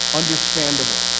understandable